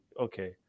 okay